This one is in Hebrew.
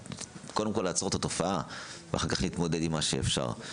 קודם כל לעצור את התופעה ואחר כך נתמודד עם מה שאפשר.